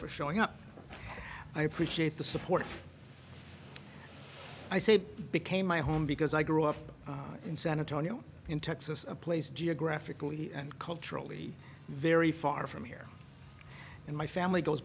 for showing up i appreciate the support i say became my home because i grew up in san antonio in texas a place geographically and culturally very far from here in my family goes